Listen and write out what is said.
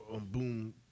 Boom